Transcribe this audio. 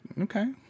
Okay